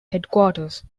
headquarters